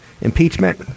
impeachment